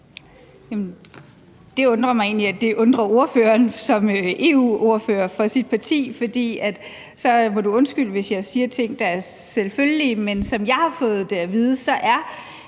det undrer ordføreren som EU-ordfører for sit parti,